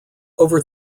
over